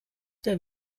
der